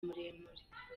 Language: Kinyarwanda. muremure